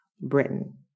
Britain